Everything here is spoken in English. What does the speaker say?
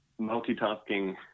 Multitasking